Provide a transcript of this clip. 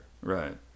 Right